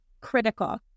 critical